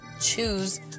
choose